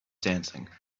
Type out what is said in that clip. dancing